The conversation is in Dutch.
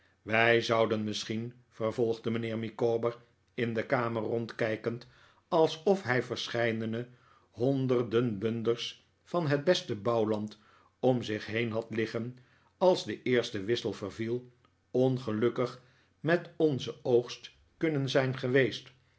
wij zouden misschien vervolgde mijnheer micawber in de kamer rondkijkend alsof hij verscheidene honderden bunders van het beste bouwland om zich heen had liggen als de eerste wissel verviel ongelukkig met onzen oogst kunnen zijn geweest